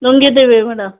ನುಂಗಿದ್ದೀವಿ madam